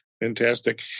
Fantastic